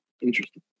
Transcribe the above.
Interesting